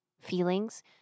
feelings